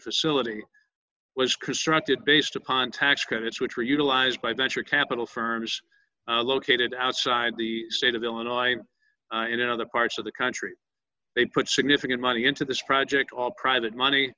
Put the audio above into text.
facility was constructed based upon tax credits which were utilized by venture capital firms located outside the state of illinois i and other parts of the country they put significant money into this project all private money